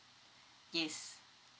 yes